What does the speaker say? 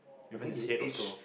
even his head also